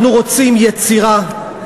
אנחנו רוצים יצירה,